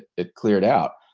it cleared out.